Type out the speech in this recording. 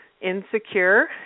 insecure